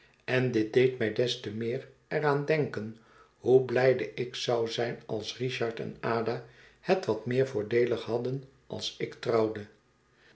en dit deed mij des te meer er aan denken hoe blijde ik zou zijn als richard en ada het wat meer voordeelig hadden als ik trouwde